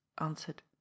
answered